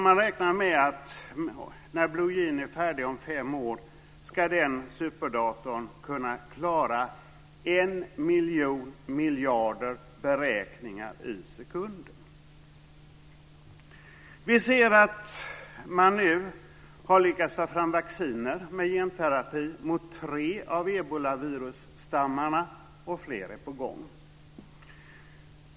Man räknar med att när Blue Gene är färdig om fem år ska den kunna klara en miljon miljarder beräkningar i sekunden. Man har nu med genterapi lyckats ta fram vacciner mot tre av ebolavirusstammarna, och fler är på gång.